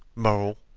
moral,